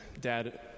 Dad